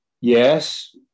Yes